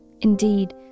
Indeed